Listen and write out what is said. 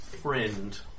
friend